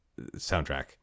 soundtrack